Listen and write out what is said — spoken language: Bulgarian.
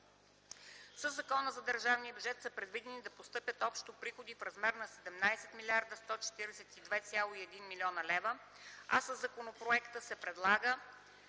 Със Закона за държавния бюджет са предвидени да постъпят общо приходи в размер на 17 142,1 млн. лв., а със законопроекта се предлагат